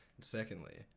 Secondly